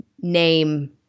name